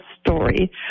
story